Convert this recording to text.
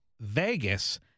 Vegas